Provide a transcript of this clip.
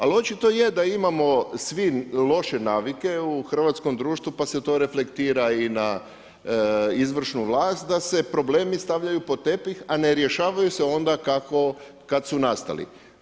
Ali očito je da imamo svi loše navike u hrvatskom društvu pa se to reflektira i na izvršnu vlast da se problemi stavljaju pod tepih, a ne rješavaju se onda kad su nastali.